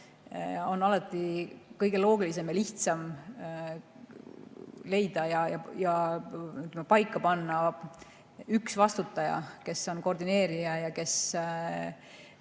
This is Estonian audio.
palju, kõige loogilisem ja lihtsam leida ja paika panna üks vastutaja, kes on koordineerija, et